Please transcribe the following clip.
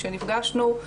כשנפגשנו.